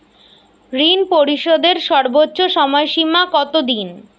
ঋণ পরিশোধের সর্বোচ্চ সময় সীমা কত দিন?